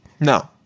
No